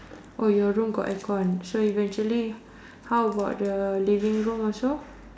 oh your room got aircon so eventually how about the living room also